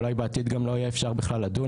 אולי בעתיד גם לא יהיה אפשר בכלל לדון